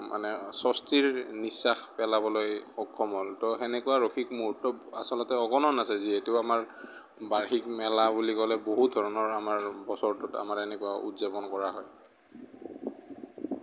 মানে স্বস্তিৰ নিশ্বাস পেলাবলৈ সক্ষম হ'ল তো সেনেকুৱা ৰসিক মুহূৰ্ত আচলতে অগণন আছে যিহেতু আমাৰ বাৰ্ষিক মেলা বুলি ক'লে বহুত ধৰণৰ আমাৰ বছৰটোত আমাৰ এনেকুৱা উদযাপন কৰা হয়